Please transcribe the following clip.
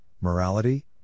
morality